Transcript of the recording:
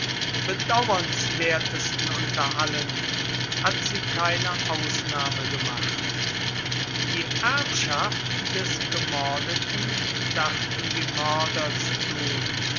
bedauernswertesten unter allen hat sie keine ausnahme gemacht die erbschaft des gemordeten dachten die mörder zu tun